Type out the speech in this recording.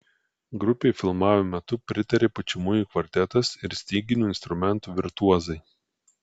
grupei filmavimo metu pritarė pučiamųjų kvartetas ir styginių instrumentų virtuozai